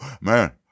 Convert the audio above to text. Man